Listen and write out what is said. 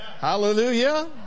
Hallelujah